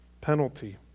penalty